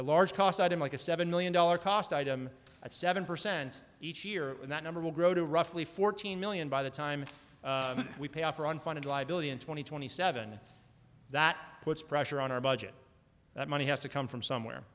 large cost item like a seven million dollar cost item at seven percent each year that number will grow to roughly fourteen million by the time we pay off for unfunded liability in two thousand and twenty seven that puts pressure on our budget that money has to come from somewhere